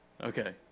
Okay